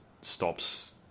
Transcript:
stops